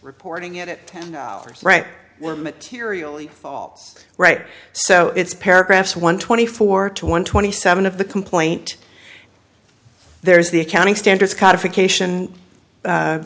reporting it ten dollars right were materially false right so it's paragraphs one twenty four to one twenty seven of the complaint there's the accounting standards codification